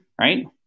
right